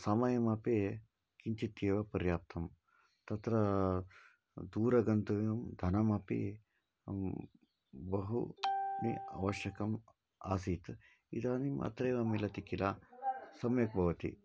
समयमपि किञ्चिदेव पर्याप्तं तत्र दूरं गन्तव्यं धनमपि बहूनि आवश्यकम् आसीत् इदानीम् अत्रैव मिलति किल सम्यक् भवति